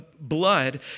blood